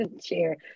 Cheers